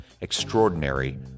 Extraordinary